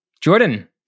Jordan